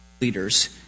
leaders